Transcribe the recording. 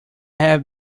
have